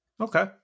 Okay